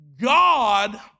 God